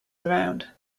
around